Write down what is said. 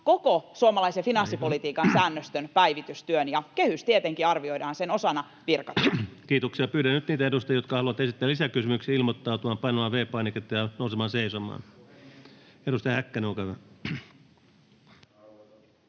Aika!] finanssipolitiikan säännöstön päivitystyön, ja kehys tietenkin arvioidaan sen osana virkatyönä. Kiitoksia. — Pyydän nyt niitä edustajia, jotka haluavat esittää lisäkysymyksiä, ilmoittautumaan painamalla V-painiketta ja nousemalla seisomaan. — Edustaja Häkkänen, olkaa hyvä.